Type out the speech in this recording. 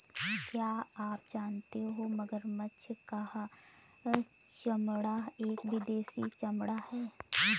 क्या आप जानते हो मगरमच्छ का चमड़ा एक विदेशी चमड़ा है